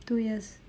two years